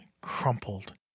crumpled